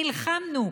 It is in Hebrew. נלחמנו,